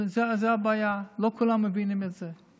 לא כולם מבינים את זה,